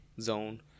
zone